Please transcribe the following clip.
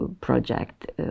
project